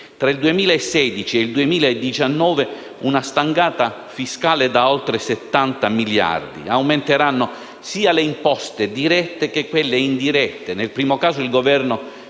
Tra il 2016 ed il 2019, una stangata fiscale da oltre 71 miliardi di euro. Aumenteranno sia le imposte dirette sia le imposte indirette: nel primo caso il Governo